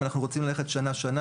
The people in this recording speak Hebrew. אם אנחנו רוצים ללכת שנה-שנה,